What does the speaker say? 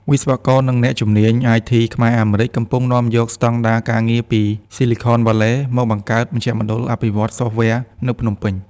វិស្វករ និងអ្នកជំនាញ IT ខ្មែរ-អាមេរិក កំពុងនាំយកស្ដង់ដារការងារពី Silicon Valley មកបង្កើតមជ្ឈមណ្ឌលអភិវឌ្ឍន៍សូហ្វវែរ នៅភ្នំពេញ។